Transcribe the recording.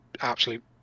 absolute